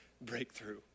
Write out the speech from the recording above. breakthrough